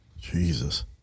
Jesus